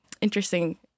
interesting